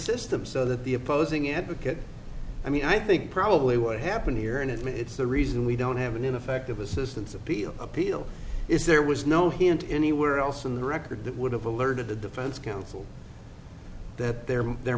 system so that the opposing advocate i mean i think probably what happened here and it's the reason we don't have an ineffective assistance appeal appeal is there was no hint anywhere else in the record that would have alerted the defense counsel that there there